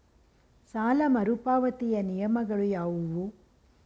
ಸಾಲ ಮರುಪಾವತಿಯ ನಿಯಮಗಳು ಯಾವುವು?